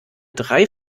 drei